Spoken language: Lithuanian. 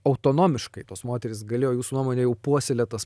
autonomiškai tos moterys galėjo jūsų nuomone jau puoselėt tas